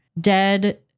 dead